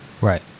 Right